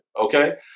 okay